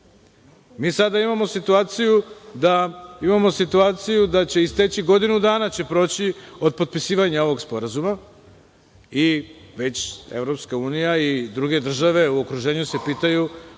Mi sada imamo situaciju da će isteći godinu dana od potpisivanja ovog sporazuma i već EU i druge države u okruženju se pitaju